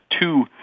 two